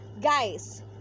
guys